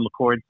McCord